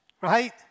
right